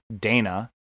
Dana